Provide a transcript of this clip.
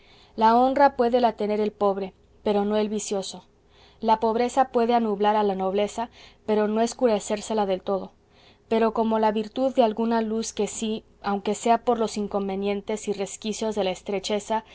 la honra puédela tener el pobre pero no el vicioso la pobreza puede anublar a la nobleza pero no escurecerla del todo pero como la virtud dé alguna luz de sí aunque sea por los inconvenientes y resquicios de la estrecheza viene a